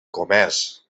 comerç